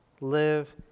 live